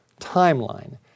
timeline